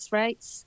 rates